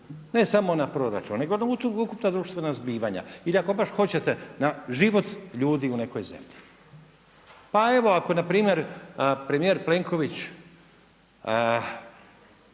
ne samo na proračun, nego na ukupna društvena zbivanja ili ako baš hoćete na život ljudi u nekoj zemlji. Pa evo ako npr. premijer Plenković,